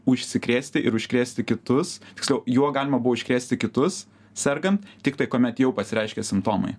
užsikrėsti ir užkrėsti kitus tiksliau juo galima buvo užkrėsti kitus sergant tiktai kuomet jau pasireiškė simptomai